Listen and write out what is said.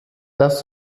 das